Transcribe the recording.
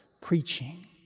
preaching